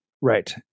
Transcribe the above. right